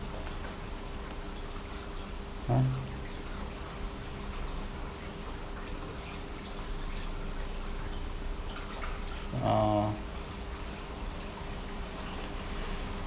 ah